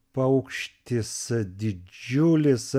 paukštis didžiulis